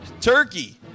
turkey